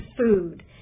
food